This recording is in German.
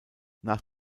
nach